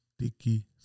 sticky